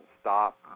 stop